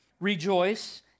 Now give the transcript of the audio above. rejoice